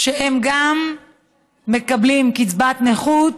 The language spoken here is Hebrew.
שגם הם מקבלים קצבת נכות,